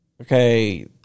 Okay